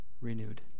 renewed